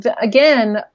again